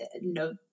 No